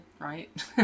right